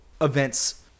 events